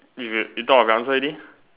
you you thought of the answer already